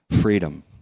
freedom